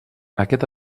aquest